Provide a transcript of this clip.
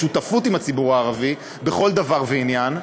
ושותפות עם הציבור הערבי בכל דבר ועניין.